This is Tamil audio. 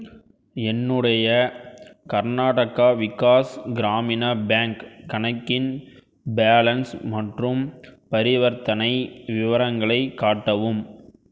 என்னுடைய கர்நாடகா விகாஸ் கிராமினா பேங்க் கணக்கின் பேலன்ஸ் மற்றும் பரிவர்த்தனை விவரங்களை காட்டவும்